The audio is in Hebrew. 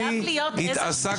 אני יכולה רק הערה?